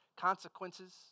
consequences